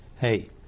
hey